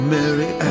Mary